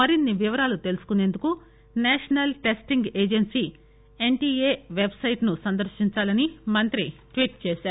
మరిన్సి వివరాలు తెలుసుకుసేందుకు national testing agency NTA website సందర్నించాలని మంత్రి ట్వీట్ చేశారు